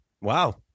Wow